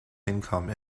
income